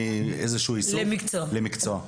מאיזה שהוא עיסוק למקצוע.